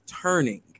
turning